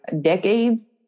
decades